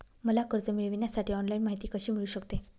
मला कर्ज मिळविण्यासाठी ऑनलाइन माहिती कशी मिळू शकते?